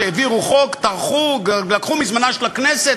תקפו,